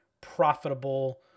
profitable